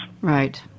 Right